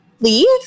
leave